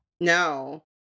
no